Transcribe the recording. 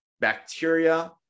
bacteria